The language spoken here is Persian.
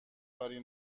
کاری